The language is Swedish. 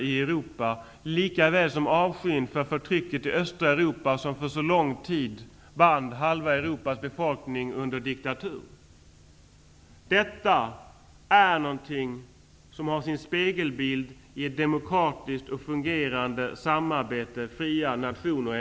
En annan viktig drivkraft är avskyn för förtrycket i östra Europa, som för så lång tid band halva Europas befolkning under diktatur. Detta har sin spegelbild i ett demokratiskt och fungerande samarbete mellan fria nationer.